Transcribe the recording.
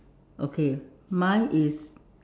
okay mine is